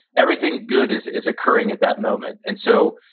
everything good is is occurring at that moment. and so,